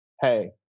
hey